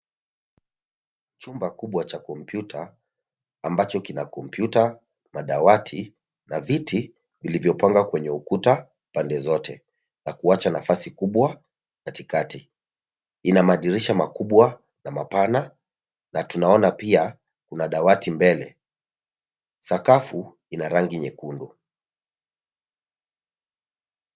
Chumba kubwa cha kompyuta ambacho kina kompyuta, madawati na viti vilivyopangwa kwenye ukuta pande zote na kuwacha nafasi kubwa katikati. Ina madirisha makubwa na mapana na tunaona pia kuna dawati mbele. Sakafu ina rangi nyekundu.